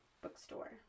bookstore